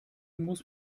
muss